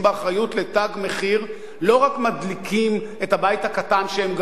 ל"תג מחיר" לא רק מדליקים את הבית הקטן שהם גרים בו,